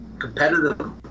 competitive